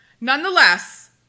Nonetheless